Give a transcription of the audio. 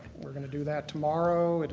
we're going to do that tomorrow. and